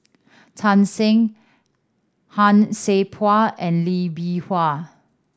Tan Shen Han Sai Por and Lee Bee Wah